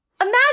Imagine